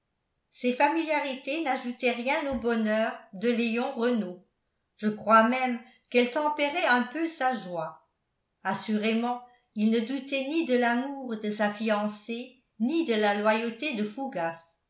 ces familiarités n'ajoutaient rien au bonheur de léon renault je crois même qu'elles tempéraient un peu sa joie assurément il ne doutait ni de l'amour de sa fiancée ni de la loyauté de fougas